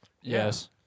Yes